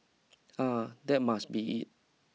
ah that must be it